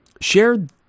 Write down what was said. shared